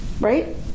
Right